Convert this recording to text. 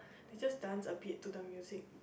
they just dance a bit to the music